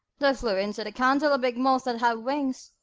there flew into the candle a big moth that had wings,